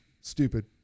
stupid